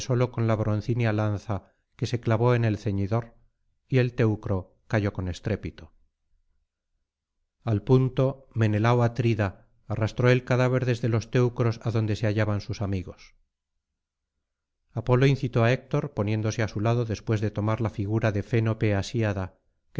con la broncínea lanza que se clavó en el ceñidor y el teucro cayó con estrépito al punto menelao atrida arrastró el cadáver desde los teucros adonde se hallaban sus amigos apolo incitó á héctor poniéndose á su lado después de tomar la figura de fénope